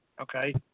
okay